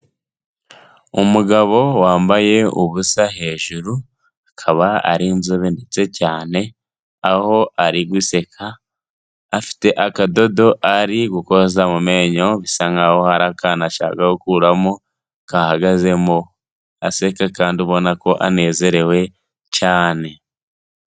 Umugabo wambaye ubusa hejuru, akaba ari inzobe ndetse cyane, aho ari guseka afite akadodo ari gukoza mu menyo bisa nk'aho hari akantu ashaka gukuramo kahagazemo, aseka kandi ubona ko anezerewe cyane.